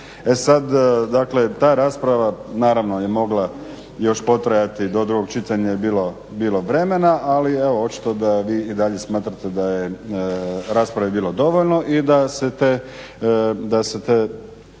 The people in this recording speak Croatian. E sada naravno ta rasprava je mogla još potrajati do drugog čitanja je bilo vremena, ali očito da i vi dalje smatrate da je rasprave bilo dovoljno i da se te